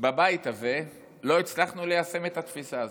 בבית הזה לא הצלחנו ליישם את התפיסה הזאת.